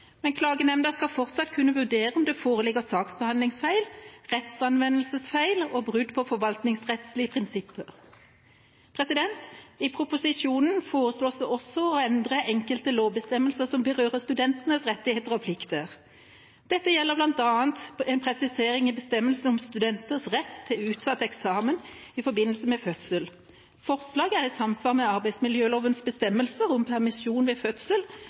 Men klagenemnda skal fortsatt kunne vurdere om det foreligger saksbehandlingsfeil, rettsanvendelsesfeil og brudd på forvaltningsrettslige prinsipper. I proposisjonen foreslås det også å endre enkelte lovbestemmelser som berører studentenes rettigheter og plikter. Dette gjelder bl.a. en presisering i bestemmelsen om studenters rett til utsatt eksamen i forbindelse med fødsel. Forslaget er i samsvar med arbeidsmiljølovens bestemmelser om permisjon ved fødsel